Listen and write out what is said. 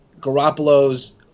garoppolo's